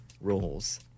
rules